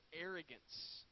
arrogance